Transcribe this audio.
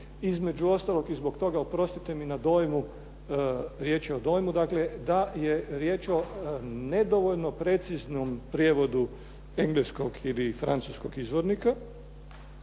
Između ostalog i zbog toga oprostite mi na dojmu, riječ je o dojmu dakle da je riječ o nedovoljno preciznom prijevodu engleskog ili francuskog izvornika